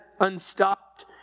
unstopped